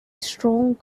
strong